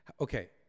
Okay